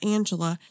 Angela